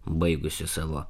baigusi savo